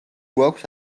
გვაქვს